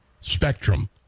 spectrum